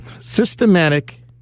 systematic